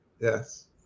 Yes